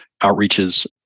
outreaches